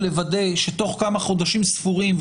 לוודא שתוך כמה חודשים ספורים,